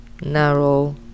Narrow